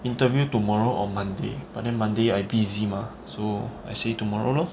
interview tomorrow or monday but then monday I busy mah so I say tomorrow lor